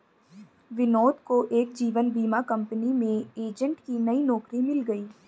विनोद को एक जीवन बीमा कंपनी में एजेंट की नई नौकरी मिल गयी